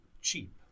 cheap